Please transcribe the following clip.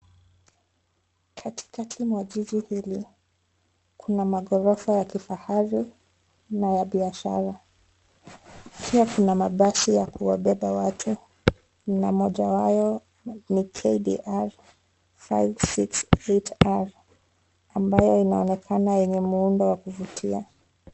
Katikati mwa jiji hili kuna magorofa ya kifahari na ya biashara. Pia, kuna mabasi ya kuwabeba watu, na moja hayo ni KDR 568R, ambayo inaonekana yenye muundo wa kuvutia.